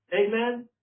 Amen